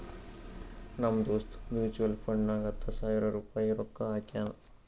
ನಮ್ ದೋಸ್ತ್ ಮ್ಯುಚುವಲ್ ಫಂಡ್ನಾಗ್ ಹತ್ತ ಸಾವಿರ ರುಪಾಯಿ ರೊಕ್ಕಾ ಹಾಕ್ಯಾನ್